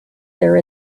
there